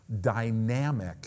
dynamic